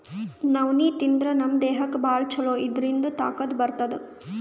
ನವಣಿ ತಿಂದ್ರ್ ನಮ್ ದೇಹಕ್ಕ್ ಭಾಳ್ ಛಲೋ ಇದ್ರಿಂದ್ ತಾಕತ್ ಬರ್ತದ್